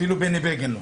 אפילו בני בגין לא...